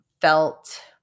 felt